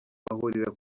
bahurira